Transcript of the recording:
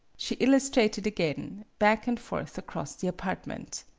she illustrated again back and forth across the apartment.